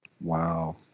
Wow